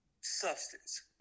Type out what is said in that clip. substance